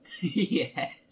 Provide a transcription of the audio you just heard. Yes